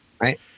right